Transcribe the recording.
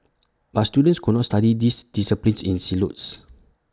but students could not study these disciplines in silos